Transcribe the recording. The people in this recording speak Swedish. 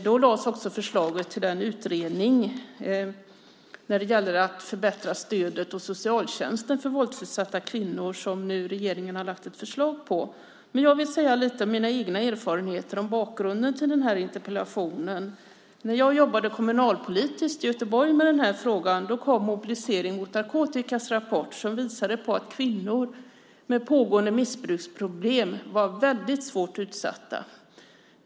Då lades också förslaget om den utredning om förbättrat stöd hos socialtjänsten för våldsutsatta kvinnor fram - den utredning som regeringen nu har lagt fram ett förslag på. Jag vill tala lite om mina egna erfarenheter och om bakgrunden till denna interpellation. När jag jobbade kommunalpolitiskt i Göteborg med den här frågan kom en rapport från Mobilisering mot narkotika som visade att kvinnor med pågående missbruksproblem var väldigt svårt utsatta.